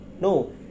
no